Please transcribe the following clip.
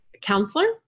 counselor